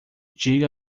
diga